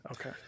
Okay